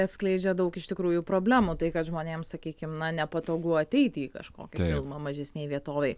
atskleidžia daug iš tikrųjų problemų tai kad žmonėms sakykim na nepatogu ateiti į kažkokį filmą mažesnėj vietovėj